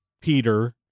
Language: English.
Peter